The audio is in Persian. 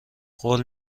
قول